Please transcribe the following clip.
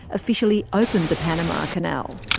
officially opened the panama canal.